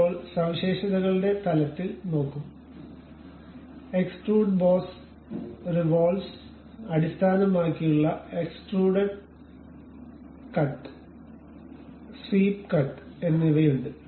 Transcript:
ഇപ്പോൾ സവിശേഷതകളുടെ തലത്തിൽ നോക്കൂ എക്സ്ട്രൂഡഡ് ബോസ് റിവോൾവ്സ് അടിസ്ഥാനമാക്കിയുള്ള എക്സ്ട്രൂഡഡ് കട്ട് സ്വീപ്പ് കട്ട് എന്നിവയുണ്ട്